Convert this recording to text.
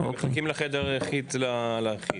נותנים ליחיד יחיד.